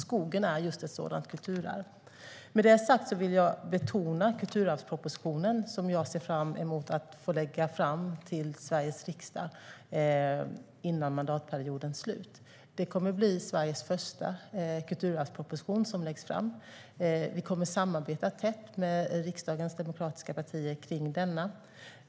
Skogen är just ett sådant kulturarv. Med det sagt vill jag betona kulturarvspropositionen, som jag ser fram emot att få överlämna till Sveriges riksdag före mandatperiodens slut. Det kommer att bli Sveriges första kulturarvsproposition. Vi kommer att samarbeta tätt med riksdagens demokratiska partier kring den.